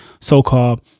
so-called